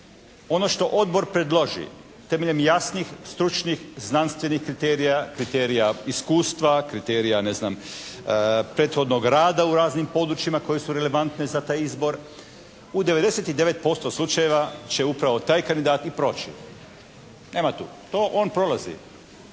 ono što odbor predloži temeljem jasnih, stručnih, znanstvenih kriterija, kriterija iskustva, kriterija ne znam prethodnog rada u raznim područjima koji su relevantne za taj izbor u 99% slučajeva će upravo i taj kandidat i proći. Nema tu, to on prolazi.